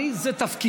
אני, זה תפקידי.